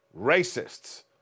racists